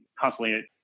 constantly